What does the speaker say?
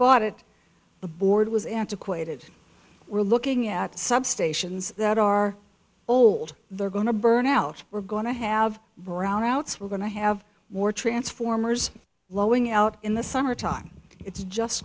bought it the board was antiquated we're looking at substations that are old they're going to burn out we're going to have brownouts we're going to have more transformers blowing out in the summertime it's just